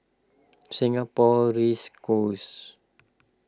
Singapore Race Course